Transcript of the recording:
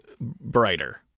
brighter